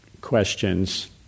questions